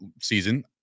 season